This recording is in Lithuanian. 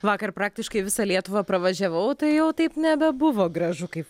vakar praktiškai visą lietuvą pravažiavau tai jau taip nebebuvo gražu kaip